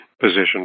position